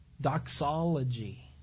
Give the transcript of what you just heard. Doxology